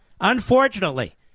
Unfortunately